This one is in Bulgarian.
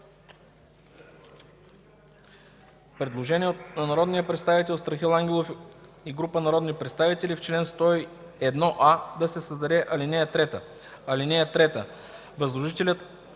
Предложение на народния представител Страхил Ангелов и група народни представители: „В чл. 101а да се създаде ал. 3: „(3) Възложителят